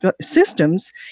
systems